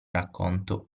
racconto